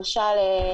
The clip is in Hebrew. למשל,